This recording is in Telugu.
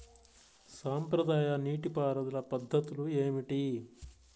సాంప్రదాయ నీటి పారుదల పద్ధతులు ఏమిటి?